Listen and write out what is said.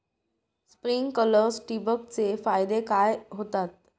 Sprinklers ठिबक चे फायदे काय होतात?